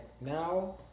now